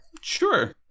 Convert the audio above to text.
sure